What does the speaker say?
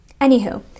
anywho